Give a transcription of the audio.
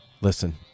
listen